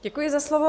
Děkuji za slovo.